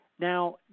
Now